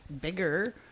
bigger